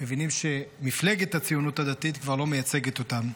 מבינים שמפלגת הציונות הדתית כבר לא מייצגת אותם.